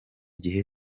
gihe